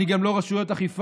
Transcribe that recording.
אני גם לא רשויות אכיפה,